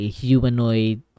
humanoid